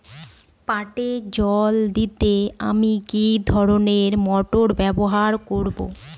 পাটে জল দিতে আমি কি ধরনের মোটর ব্যবহার করব?